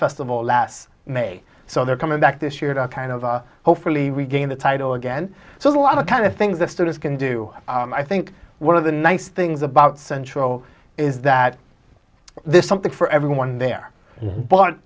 festival last may so they're coming back this year to kind of hopefully regain the title again so a lot of kind of things the students can do and i think one of the nice things about central is that there's something for everyone there but